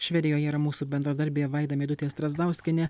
švedijoje yra mūsų bendradarbė vaida meidutė strazdauskienė